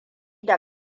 da